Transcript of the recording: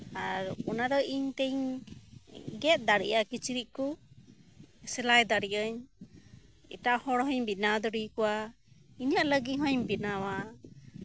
ᱟᱨ ᱚᱱᱟ ᱫᱚ ᱤᱧᱛᱮᱧ ᱜᱮᱫ ᱫᱟᱲᱮᱭᱟᱜᱼᱟ ᱠᱤᱪᱨᱤᱪ ᱠᱚ ᱥᱮᱞᱟᱭ ᱫᱟᱲᱮᱭᱟᱜᱼᱟᱹᱧ ᱮᱴᱟᱜ ᱦᱚᱲ ᱦᱩᱸᱧ ᱵᱮᱱᱟᱣ ᱫᱟᱲᱮᱭᱟᱠᱚᱣᱟ ᱤᱧ ᱞᱟᱹᱜᱤᱫ ᱦᱚᱸᱧ ᱵᱮᱱᱟᱣᱟ